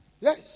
yes